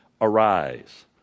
Arise